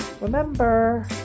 remember